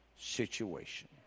situation